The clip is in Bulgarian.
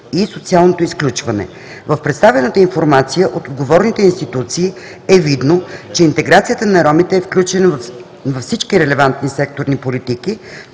и социалното изключване. В представената информация от отговорните институции е видно, че интеграцията на ромите е включена във всички релевантни секторни политики,